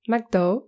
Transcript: McDo